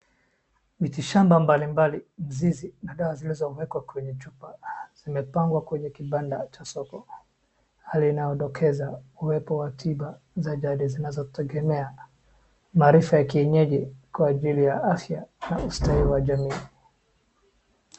Mitishamba mbalimbali, mzizi, na dawa zilizowekwa kwenye chupa zimepangwa kwenye kibanda cha soko. Hali inadokeza uwepo wa tiba za jadi zinazotegemea maarifa ya kienyeji kwa ajili ya afya na ustawi wa jamii.